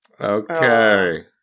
Okay